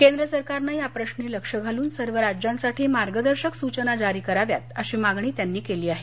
केंद्र सरकारनं या प्रश्नी लक्ष घालून सर्व राज्यांसाठी मार्गदर्शक सूचना जारी कराव्यात अशी मागणी त्यांनी केली आहे